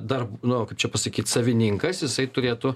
dar nu kaip čia pasakyt savininkas jisai turėtų